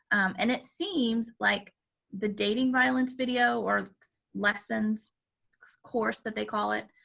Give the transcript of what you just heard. and it seems like the dating violence video, or lessons course, that they call it,